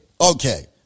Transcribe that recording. Okay